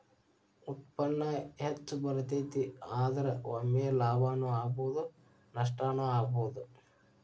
ಉತ್ಪನ್ನಾ ಹೆಚ್ಚ ಬರತತಿ, ಆದರ ಒಮ್ಮೆ ಲಾಭಾನು ಆಗ್ಬಹುದು ನಷ್ಟಾನು ಆಗ್ಬಹುದು